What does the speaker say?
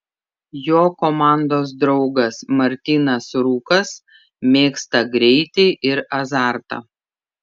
jo komandos draugas martynas rūkas mėgsta greitį ir azartą